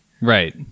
right